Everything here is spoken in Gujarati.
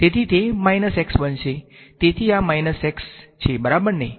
તેથી તે x બનશે તેથી આ x બરાબર છે